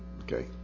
Okay